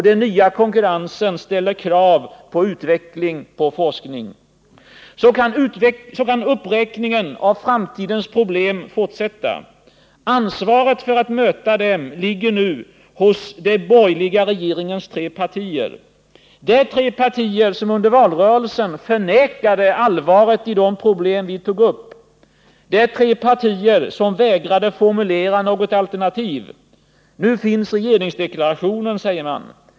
Den nya konkurrensen ställer krav på utveckling, på forskning. Så kan uppräkningen av framtidens problem fortsätta. Ansvaret för att möta dem ligger nu hos den borgerliga regeringens tre partier. Det är tre partier som under valrörelsen förnekade allvaret i de problem vi tog upp. Det är tre partier som vägrade att formulera något alternativ. Nu finns regeringsdeklarationen, säger man.